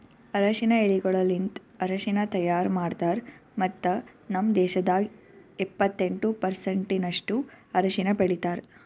ಅರಶಿನ ಎಲಿಗೊಳಲಿಂತ್ ಅರಶಿನ ತೈಯಾರ್ ಮಾಡ್ತಾರ್ ಮತ್ತ ನಮ್ ದೇಶದಾಗ್ ಎಪ್ಪತ್ತೆಂಟು ಪರ್ಸೆಂಟಿನಷ್ಟು ಅರಶಿನ ಬೆಳಿತಾರ್